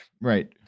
Right